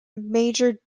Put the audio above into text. major